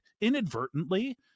inadvertently